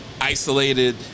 isolated